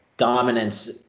Dominance